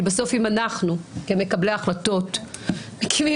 כי בסוף אם אנחנו כמקבלי החלטות מקימים